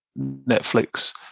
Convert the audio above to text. Netflix